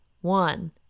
one